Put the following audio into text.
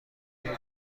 بینم